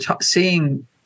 seeing